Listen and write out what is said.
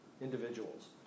individuals